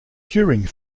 during